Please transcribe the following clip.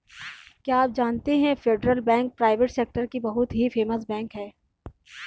क्या आप जानते है फेडरल बैंक प्राइवेट सेक्टर की बहुत ही फेमस बैंक है?